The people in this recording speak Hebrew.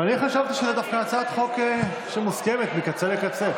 ואני דווקא חשבתי שזאת הצעת חוק שמוסכמת מקצה לקצה.